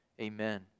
Amen